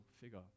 figure